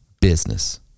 business